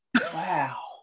Wow